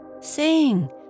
Sing